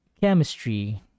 chemistry